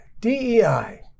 DEI